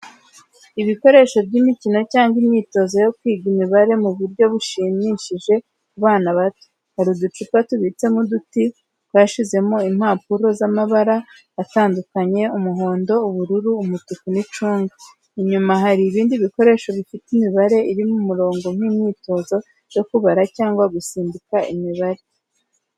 Ibikoresho by’imikino cyangwa imyitozo yo kwiga imibare mu buryo bushimishije ku bana bato. Hari uducupa tubitsemo uduti twashyizwemo impapuro z’amabara atandukanye, umuhondo, ubururu, umutuku, n’icunga. Inyuma hari ibindi bikoresho bifite imibare iri mu murongo nk’imyitozo yo kubara cyangwa gusimbuka imibare.